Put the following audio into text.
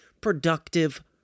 productive